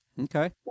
Okay